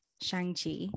Shang-Chi